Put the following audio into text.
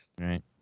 Right